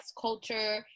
culture